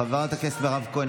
חברת הכנסת מירב כהן,